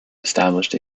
established